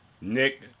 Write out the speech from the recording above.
Nick